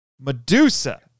Medusa